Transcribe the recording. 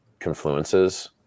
confluences